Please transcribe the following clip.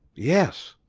yes.